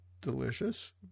delicious